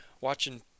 watching